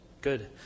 Good